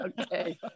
Okay